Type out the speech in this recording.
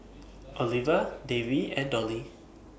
Oliva Davey and Dollye